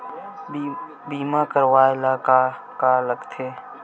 बीमा करवाय ला का का लगथे?